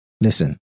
listen